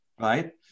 right